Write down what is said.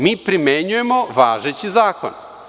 Mi primenjujemo važeći zakon.